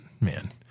man